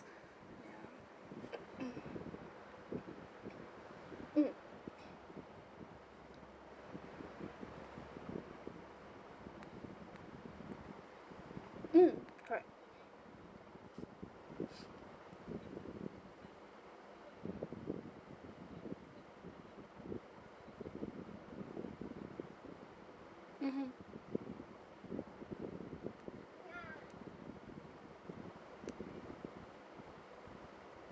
mm mm correct mmhmm